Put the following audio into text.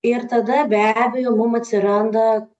ir tada be abejo mum atsiranda